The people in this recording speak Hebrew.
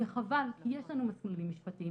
וחבל כי יש לנו מסלולים משפטיים,